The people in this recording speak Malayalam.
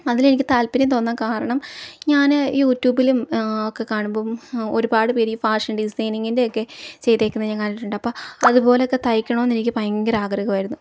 അതിൽ എനിക്ക് താല്പര്യം തോന്നാൻ കാരണം ഞാൻ യൂട്യൂബിലും ഒക്കെ കാണുമ്പോൾ ഒരുപാട് പേര് ഈ ഫാഷൻ ഡിസൈനിങ്ങിൻ്റെ ഒക്കെ ചെയ്തേക്കുന്ന ഞാൻ കണ്ടിട്ടുണ്ട് അപ്പം അതുപോലൊക്കെ തേക്കണം എന്ന് എനിക്ക് ഭയങ്കര ആഗ്രഹമായിരുന്നു